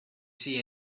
see